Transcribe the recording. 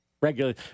Regular